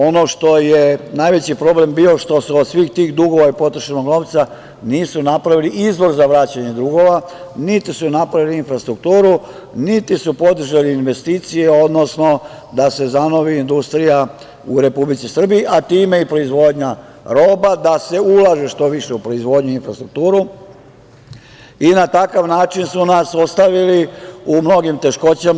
Ono što je najveći problem bio je što od svih tih dugova od potrošenog novca nisu napravili izvor za vraćanje dugova, niti su napravili infrastrukturu, niti su podržali investicije, odnosno da se zanovi industrija u Republici Srbiji, a time i proizvodnja roba, da se ulaže što više u proizvodnju i infrastrukturu i na takav način su nas ostavili u mnogim teškoćama.